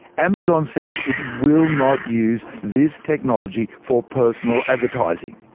amazon says it will not use this technology for personal advertising,